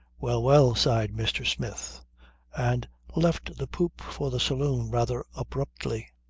well, well, sighed mr. smith and left the poop for the saloon rather abruptly.